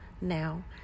now